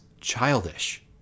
childish